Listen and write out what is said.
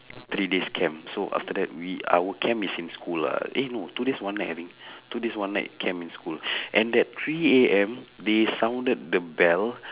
three days camp so after that we our camp is in school lah eh no two days one night I think two days one night camp in school and at three A_M they sounded the bell